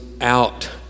out